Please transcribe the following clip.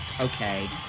okay